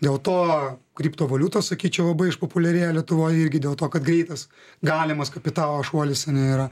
dėl to kriptovaliutos sakyčiau labai išpopuliarėjo lietuvoj irgi dėl to kad greitas galimas kapitalo šuolis a ne yra